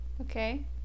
Okay